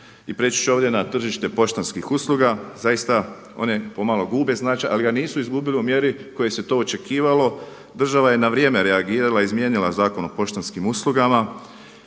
I prijeći ću ovdje na tržište poštanskih usluga, zaista one pomalo gube značaj ali ga nisu izgubili u mjeri u kojoj se to očekivalo. Država je na vrijeme reagirala izmijenila je Zakon o poštanskim uslugama